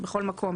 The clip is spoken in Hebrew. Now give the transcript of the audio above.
בכל מקום,